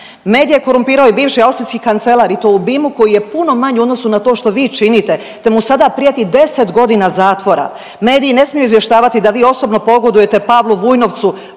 Medij je korumpirao i bivši austrijski kancelar i to u obimu koji je puno manji u odnosu na to što vi činite, te mu sada prijeti 10 godina zatvora. Mediji ne smiju izvještavati da vi osobno pogodujete Pavlu Vujnovcu,